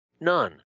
none